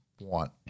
want